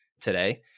today